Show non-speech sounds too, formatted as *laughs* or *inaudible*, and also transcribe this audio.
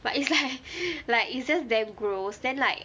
but it's like *laughs* it's just damn gross then like